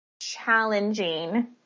challenging